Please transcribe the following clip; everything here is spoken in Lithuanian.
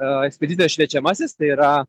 ekspedicijos šviečiamasis tai yra